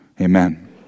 Amen